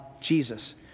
Jesus